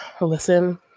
listen